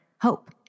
hope